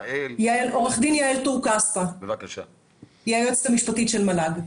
עו"ד יעל טור כספא, היא היועצת המשפטית של מל"ג.